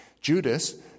Judas